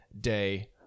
day